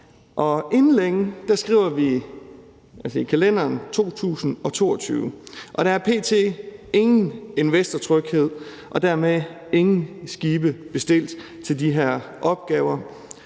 Inden længe skriver vi i kalenderen 2022, og der er p.t. ingen investortryghed og dermed ingen skibe bestilt til de her opgaver.